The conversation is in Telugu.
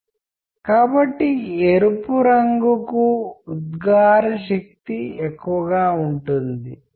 ప్రాథమికంగా వాటికి అర్థం ఏమిటంటే కమ్యూనికేషన్ వివిధ మార్గాల్లో జరుగుతుంది అని